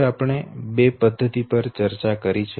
હવે આપણે બે પદ્ધતિઓ પર ચર્ચા કરી છે